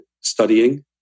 studying